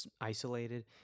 isolated